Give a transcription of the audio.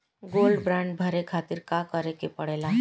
Gold bond भरे खातिर का करेके पड़ेला?